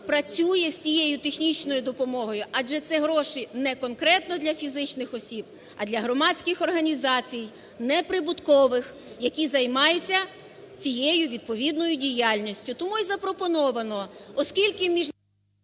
працює з цією технічною допомогою, адже це гроші не конкретно для фізичних осіб, а для громадських організацій неприбуткових, які займаються цією відповідною діяльністю. Тому і запропоновано, оскільки …